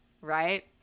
Right